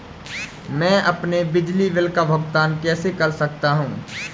मैं अपने बिजली बिल का भुगतान कैसे कर सकता हूँ?